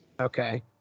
Okay